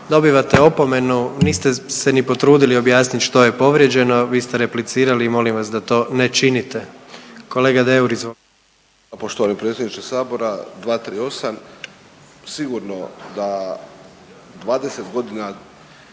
Dobivate opomenu. Niste se ni potrudili objasniti što je povrijeđeno. Vi ste replicirali i molim vas da to ne činite. Kolega Deur, izvolite.